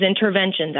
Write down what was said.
interventions